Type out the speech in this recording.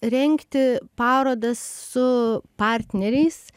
rengti parodas su partneriais